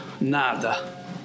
Nada